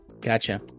gotcha